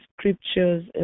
scriptures